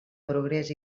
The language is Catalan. progrés